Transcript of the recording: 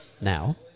Now